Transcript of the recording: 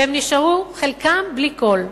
וחלקן נשארו בלי כלום.